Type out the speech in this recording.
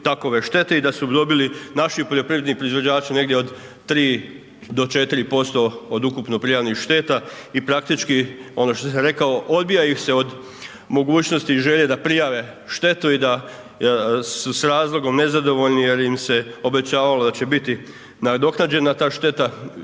takove štete i da su dobili naši poljoprivredni proizvođači negdje od 3-4% od ukupno prijavljenih šteta i praktički, ono što sam rekao, odbija ih se od mogućnosti i želje da prijave štetu i da su s razlogom nezadovoljni jer im se obećavalo da će biti nadoknađena ta šteta,